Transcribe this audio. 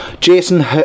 Jason